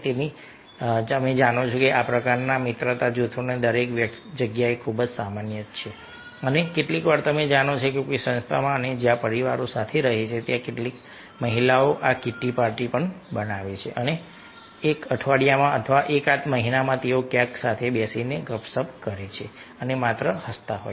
તેથી તમે જાણો છો કે આ પ્રકારના મિત્રતા જૂથો દરેક જગ્યાએ ખૂબ જ સામાન્ય છે અને કેટલીકવાર તમે જાણો છો કે કોઈ સંસ્થામાં અને જ્યાં પરિવારો સાથે રહે છે ત્યાં કેટલીક મહિલાઓ આ કિટ્ટી પાર્ટી બનાવે છે અને એક અઠવાડિયામાં અથવા એક મહિનામાં તેઓ ક્યાંક સાથે બેસીને ગપસપ કરે છે અને માત્ર હસતા હોય છે